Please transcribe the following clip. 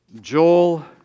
Joel